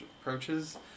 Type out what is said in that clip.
approaches